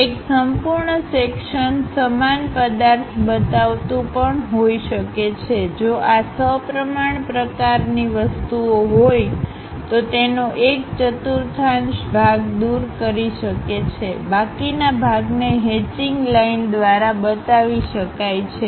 એક સંપૂર્ણ સેક્શનસમાન પદાર્થ બતાવતુ પણ હોઇ શકે છેજો આ સપ્રમાણ પ્રકારની વસ્તુઓ હોય તો તેનો એક ચતુર્થાંશ ભાગ દૂર કરી શકે છે બાકીના ભાગને હેચીંગ લાઇન દ્વારા બતાવી શકાય છે